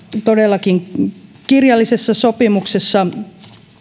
todellakin kirjallisessa sopimuksessa